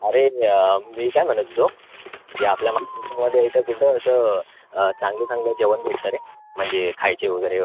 अरे मी काय म्हणत होतो ते आपल्या महाराष्ट्रामध्ये इथं कुठं असं चांगलं चांगलं जेवण भेटतं रे म्हणजे खायचे वगैरे